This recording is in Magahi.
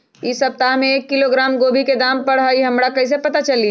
इ सप्ताह में एक किलोग्राम गोभी के दाम का हई हमरा कईसे पता चली?